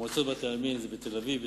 מועצות בתי-עלמין יש בתל-אביב,